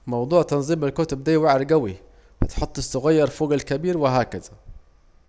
موضوع تنظيم الكتب ده واعر جوي، هتحط الصغير فوج الكبير وهكزا